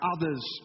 Others